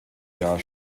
jahr